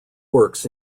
works